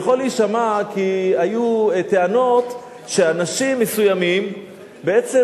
כי היו טענות שאנשים מסוימים בעצם